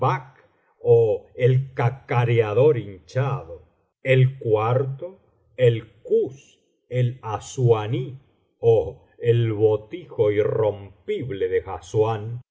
ó el cacareador hinchado el cuarto el kuz elassuaní ó el botijo irrompible de